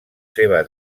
seva